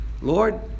Lord